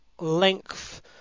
length